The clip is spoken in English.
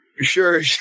Sure